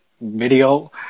video